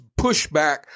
pushback